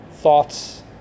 thoughts